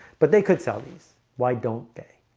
but they could sell these why don't they?